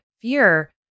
fear